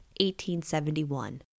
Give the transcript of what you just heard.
1871